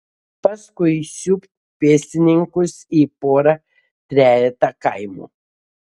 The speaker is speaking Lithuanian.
paskui siūbt pėstininkus į porą trejetą kaimų